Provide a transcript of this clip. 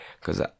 cause